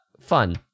fun